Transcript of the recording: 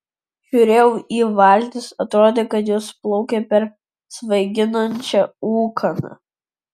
žiūrėjau į valtis atrodė kad jos plaukia per svaiginančią ūkaną